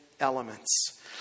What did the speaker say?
Elements